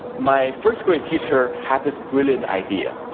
my first grade teacher had this brilliant idea.